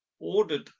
ordered